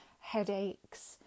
headaches